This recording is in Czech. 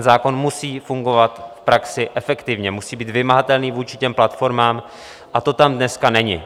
Zákon musí fungovat v praxi efektivně, musí být vymahatelný vůči těm platformám, a to tam dnes není.